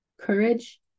Courage